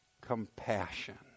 compassion